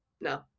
no